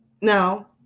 Now